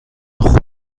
خوب